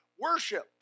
worship